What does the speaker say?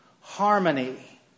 harmony